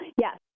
Yes